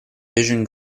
vision